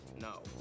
No